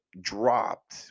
dropped